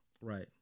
right